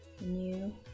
new